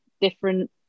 different